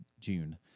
June